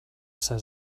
says